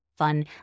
fun